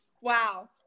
Wow